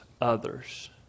others